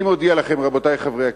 אני מודיע לכם, רבותי חברי הכנסת,